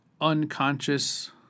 unconscious